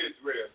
Israel